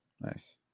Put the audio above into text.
Nice